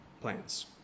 plans